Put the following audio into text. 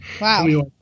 Wow